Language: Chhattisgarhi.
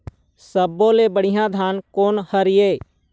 सब्बो ले बढ़िया धान कोन हर हे?